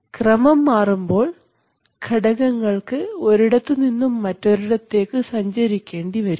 ക്രമം മാറുമ്പോൾ ഘടകങ്ങൾക്ക് ഒരിടത്തുനിന്നും മറ്റൊരിടത്തേക്ക് സഞ്ചരിക്കേണ്ടിവരും